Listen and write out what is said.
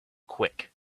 quick